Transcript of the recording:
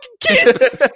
kids